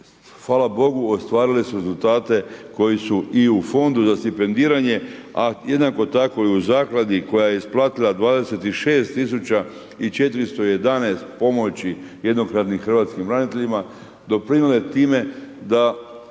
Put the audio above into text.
hvala Bogu ostvarile su rezultate koji su i u Fondu za stipendiranje a jednako tako i u Zakladi koja je isplatila 26 tisuća i 411 pomoći jednokratnih hrvatskim braniteljima doprinijele time da